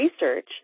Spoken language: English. research